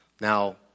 Now